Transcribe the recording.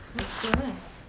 baju sekolah mana